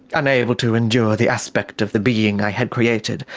unable to endure the aspect of the being i had created,